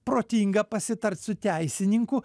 protinga pasitart su teisininku